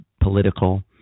political